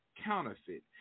counterfeit